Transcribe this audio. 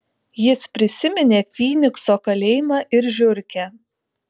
jis prisiminė fynikso kalėjimą ir žiurkę